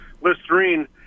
Listerine